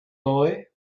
boy